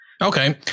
Okay